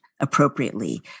appropriately